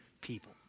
people